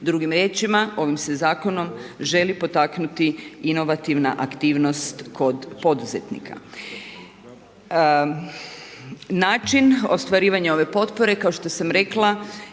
Drugim riječima, ovim se zakonom želi potaknuti inovativna aktivnost kod poduzetnika. Način ostvarivanja ove potpore, kao što sam rekla,